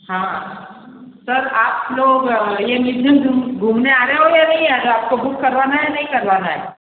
हाँ सर आप लोग ये मिसन घूमने आ रहे हो या नहीं आ रहे हो आप को बुक करवाना है या नहीं करवाना है